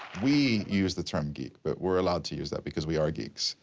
we used the term geek, but we are allowed to use that because we are geeks.